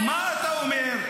מי היה --- מה אתה אומר?